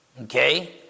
Okay